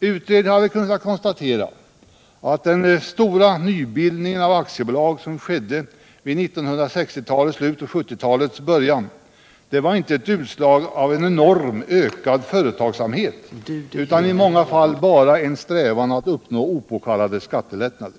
Utredningen hade kunnat konstatera att den stora nybildningen av aktiebolag som skedde vid 1960-talets slut och 1970-talets början inte 61 var ett utslag av en enormt ökad företagsamhet utan i många fall bara var en strävan att uppnå opåkallade skattelättnader.